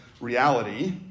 reality